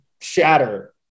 shatter